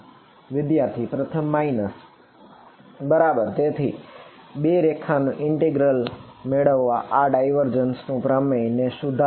વિદ્યાર્થી પ્રથમ માઇનસ બરાબર